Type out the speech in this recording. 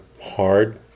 hard